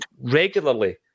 regularly